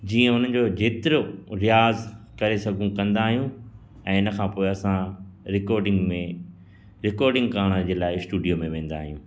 जीअं हुन जो जेतिरो रियाज़ करे सघूं कंदा आहियूं ऐं इनखां पोइ असां रिकॉर्डिंग में रिकॉर्डिंग करण जे लाइ स्टूडियो में वेंदा आहियूं